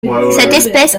espèce